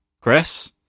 Chris